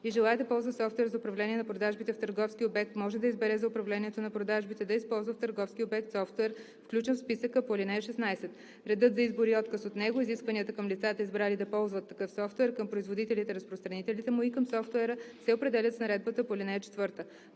и желае да ползва софтуер за управление на продажбите в търговски обект, може да избере за управлението на продажбите да използва в търговски обект софтуер, включен в списъка по ал. 16. Редът за избор и отказ от него, изискванията към лицата, избрали да ползват такъв софтуер, към производителите/разпространителите му и към софтуера се определят с наредбата по ал. 4.